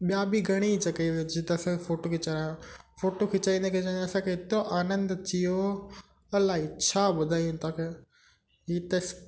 ॿिया बि घणई जॻहि हुई जिते असां फ़ोटो खिचाराया फ़ोटो खिचाईंदे खिचाईंदे असांखे एतिरो आनंदु अची वियो अलाई छा ॿुधायूं तव्हां खे जीअं त